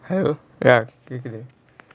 hello ya கேக்குது:kekuthu